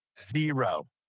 zero